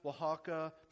Oaxaca